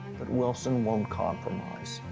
but wilson won't compromise.